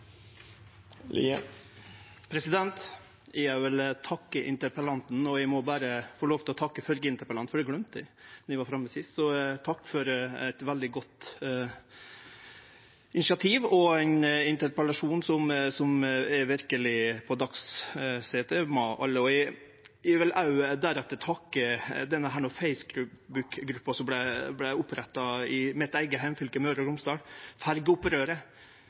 Eg vil òg takke interpellanten. Eg må òg berre få lov til å takke førre interpellant, for det gløymte eg då eg var framme sist. Takk for eit veldig godt initiativ og ein interpellasjon som verkeleg er på dagsorden hos alle. Eg vil òg takke Facebook-gruppa som vart oppretta i mitt eige heimfylke, Møre og Romsdal,